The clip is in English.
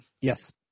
Yes